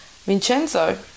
Vincenzo